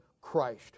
Christ